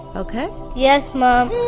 okay, yes mom